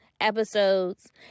episodes